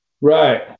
right